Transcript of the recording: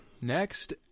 Next